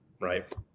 right